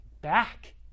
back